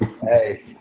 Hey